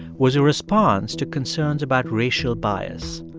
was a response to concerns about racial bias.